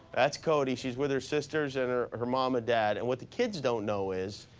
that's cody. she's with her sisters and are her mom and dad. and what the kids don't know is,